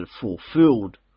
fulfilled